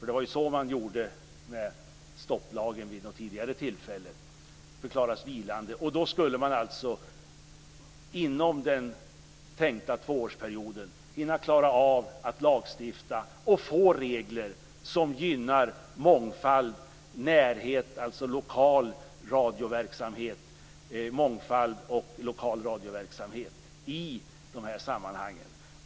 Det var ju så man gjorde med stopplagen vid något tidigare tillfälle. Då skulle man alltså inom den tänkta tvåårsperioden hinna klara av att lagstifta och få regler som gynnar mångfald och lokal radioverksamhet i de här sammanhangen.